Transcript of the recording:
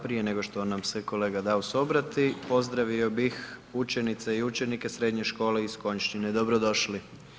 Prije nego što nam se kolega Daus obrati pozdravio bih učenice i učenike Srednje škole iz Konjšćine, dobro došli.